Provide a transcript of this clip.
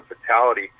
fatality